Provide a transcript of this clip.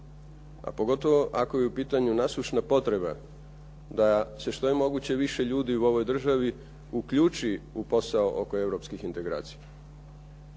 a pogotovo ako je u potrebi nasušna potreba da se što je moguće više ljudi u ovoj državi uključi u posao oko europskih integracija,